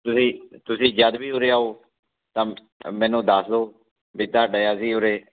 ਤੁਸੀਂ ਤੁਸੀਂ ਜਦ ਵੀ ਉਰੇ ਆਉ ਤਾਂ ਤਾਂ ਮੈਨੂੰ ਦੱਸ ਦਿਉ ਵੀ ਤੁਹਾਡੇ ਅਸੀਂ ਉਰੇ